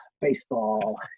baseball